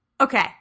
Okay